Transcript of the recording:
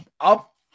up